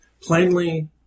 plainly